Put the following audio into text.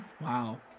Wow